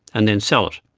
and then sell it,